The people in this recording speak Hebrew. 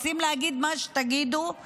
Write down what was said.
רוצים להגיד מה שתגידו,